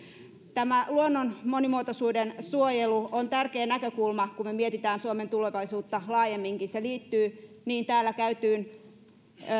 tämä luonnon monimuotoisuuden suojelu on tärkeä näkökulma kun me mietimme suomen tulevaisuutta laajemminkin se liittyy täällä käytyyn